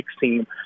team